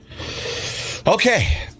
Okay